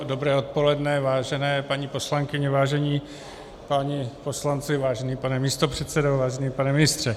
Dobré odpoledne, vážené paní poslankyně, vážení páni poslanci, vážený pane místopředsedo, vážený pane ministře.